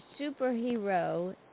superhero